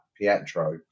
pietro